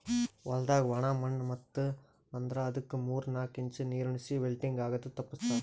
ಹೊಲ್ದಾಗ ಒಣ ಮಣ್ಣ ಇತ್ತು ಅಂದ್ರ ಅದುಕ್ ಮೂರ್ ನಾಕು ಇಂಚ್ ನೀರುಣಿಸಿ ವಿಲ್ಟಿಂಗ್ ಆಗದು ತಪ್ಪಸ್ತಾರ್